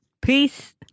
peace